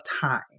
time